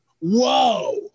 whoa